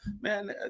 man